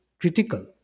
critical